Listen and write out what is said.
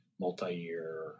multi-year